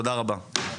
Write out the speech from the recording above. תודה רבה.